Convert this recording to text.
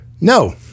no